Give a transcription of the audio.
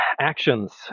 actions